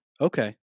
Okay